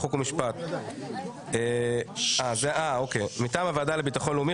חוק ומשפט: מטעם הוועדה לביטחון לאומי,